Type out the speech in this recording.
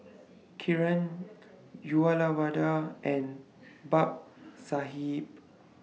Kiran Uyyalawada and Babasaheb